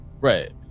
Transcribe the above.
right